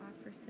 offer